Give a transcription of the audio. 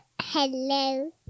hello